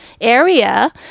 area